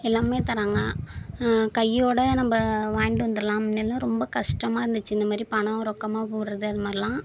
எல்லாமே தர்றாங்க கையோடு நம்ம வாங்கிகிட்டு வந்துடலாம் முன்னெல்லாம் ரொம்ப கஷ்டமாக இருந்திச்சு இந்தமாதிரி பணம் ரொக்கமாக போடுறது அதுமாதிரிலாம்